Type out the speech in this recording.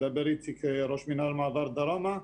אני ראש מנהל מעבר דרומה,